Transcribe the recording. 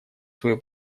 свои